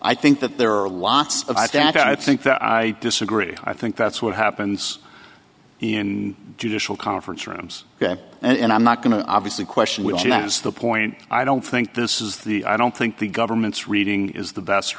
i think that there are lots of data i think that i disagree i think that's what happens in judicial conference rooms and i'm not going to obviously question will she has the point i don't think this is the i don't think the government's reading is the best